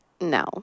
No